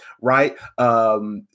right